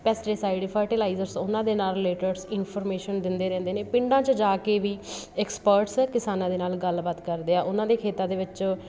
pesticide fertilisers ਉਹਨਾਂ ਦੇ ਨਾਲ਼ ਰਿਲੇਟਿਡਸ ਇਨਫੋਰਮੇਸ਼ਨ ਦਿੰਦੇ ਰਹਿੰਦੇ ਨੇ ਪਿੰਡਾਂ 'ਚ ਜਾ ਕੇ ਵੀ ਐਕਸਪਰਟਸ ਕਿਸਾਨਾਂ ਦੇ ਨਾਲ਼ ਗੱਲਬਾਤ ਕਰਦੇ ਆ ਉਹਨਾਂ ਦੇ ਖੇਤਾਂ ਦੇ ਵਿੱਚ